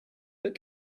but